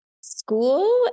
School